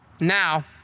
Now